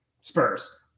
Spurs